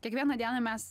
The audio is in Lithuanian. kiekvieną dieną mes